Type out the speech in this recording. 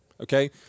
Okay